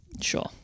Sure